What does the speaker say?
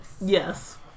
yes